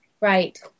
Right